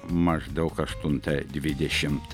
maždaug aštuntą dvidešimt